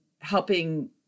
helping